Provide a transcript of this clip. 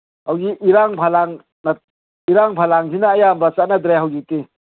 ꯍꯧꯖꯤꯛ ꯏꯔꯥꯡ ꯐꯂꯥꯡ ꯏꯔꯥꯡ ꯐꯂꯥꯡꯁꯤꯅ ꯑꯌꯥꯝꯕ ꯆꯠꯅꯗ꯭ꯔꯦ ꯍꯧꯖꯤꯛꯇꯤ